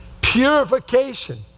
purification